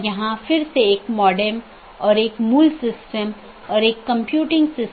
इन साथियों के बीच BGP पैकेट द्वारा राउटिंग जानकारी का आदान प्रदान किया जाना आवश्यक है